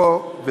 זה